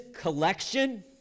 collection